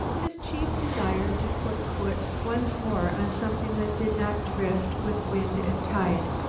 his chief desire to put foot once more on something that did not drift with wind and tide,